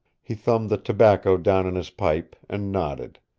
he thumbed the tobacco down in his pine, and nodded.